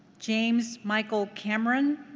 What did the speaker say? james michael cameron?